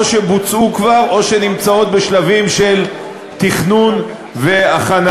או שכבר בוצעו או שנמצאות בשלבים של תכנון והכנה.